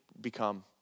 become